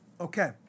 Okay